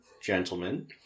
gentlemen